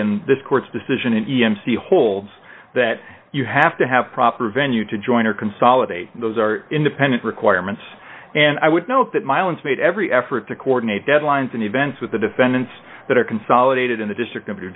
in this court's decision in e m c holds that you have to have proper venue to join or consolidate those are independent requirements and i would note that mileage made every effort to coordinate deadlines and events with the defendants that are consolidated in the district of new